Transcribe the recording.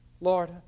Lord